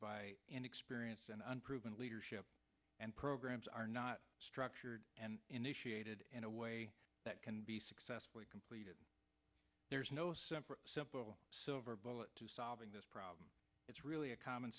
by inexperience and unproven leadership and programs are not structured and initiated in a way that can be successfully completed there's no simple silver bullet to solving this problem it's really a